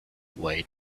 wait